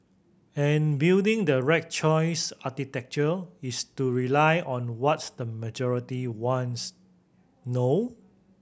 and building the right choice architecture is to rely on what the majority wants no